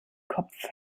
kopf